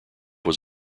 was